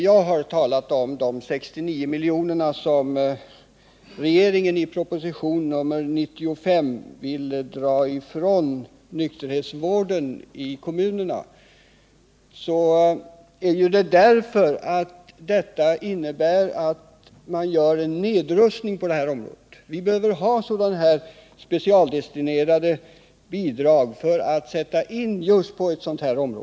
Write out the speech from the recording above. Jag har talat om de 69 milj.kr. som regeringen i propositionen 1978/79:95 vill ta från nykterhetsvården i kommunerna, eftersom jag tycker att det innebär en nedrustning på detta område. Vi behöver ha sådana specialdestinerade bidrag som kan sättas in just här.